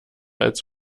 als